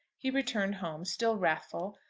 he returned home, still wrathful,